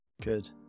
Good